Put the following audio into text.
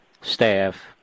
staff